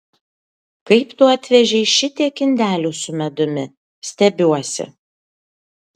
kaip tu atvežei šitiek indelių su medumi stebiuosi